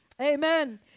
Amen